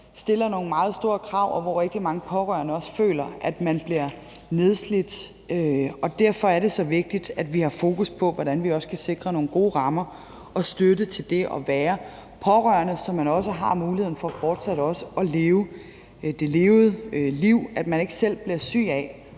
stiller nogle meget store krav, og hvor rigtig mange pårørende også føler, at de bliver nedslidt, og derfor er det så vigtigt, at vi har fokus på, hvordan vi også kan sikre nogle gode rammer og en god støtte til det at være pårørende, så de også har mulighed for fortsat at leve det levede liv, og så de ikke selv bliver syge af